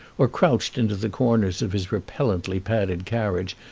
or crouched into the corners of his repellently padded carriage,